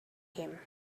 him